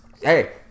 Hey